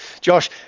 Josh